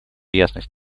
ясность